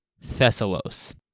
Thessalos